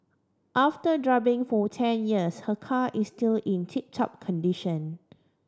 after driving for ten years her car is still in tip top condition